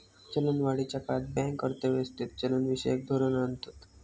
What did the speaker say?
चलनवाढीच्या काळात बँक अर्थ व्यवस्थेत चलनविषयक धोरण आणतत